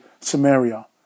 Samaria